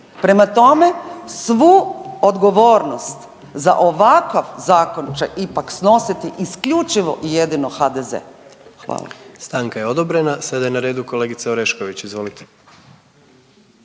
Prema tome, svu odgovornost za ovakav zakon će ipak snositi isključivo i jedino HDZ. Hvala.